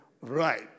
Right